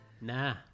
nah